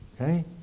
Okay